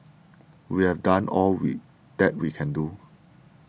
we have done all we that we can do